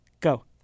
Go